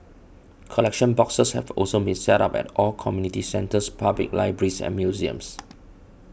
collection boxes have also been set up at all community centres public libraries and museums